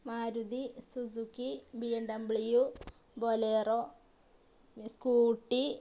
Maruti Suzuki B M W Bolero scooty